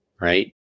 right